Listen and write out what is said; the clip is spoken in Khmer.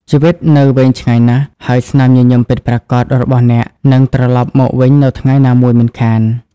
ជីវិតនៅវែងឆ្ងាយណាស់ ហើយស្នាមញញឹមពិតប្រាកដរបស់អ្នកនឹងត្រឡប់មកវិញនៅថ្ងៃណាមួយមិនខាន។